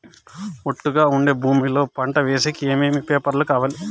ఒట్టుగా ఉండే భూమి లో పంట వేసేకి ఏమేమి పేపర్లు కావాలి?